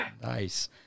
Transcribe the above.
Nice